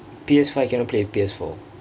P_S five cannot play with P_S four